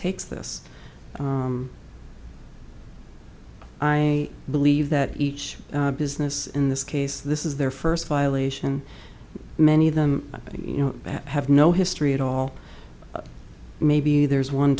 takes this i believe that each business in this case this is their first violation many of them you know have no history at all maybe there's one